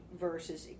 versus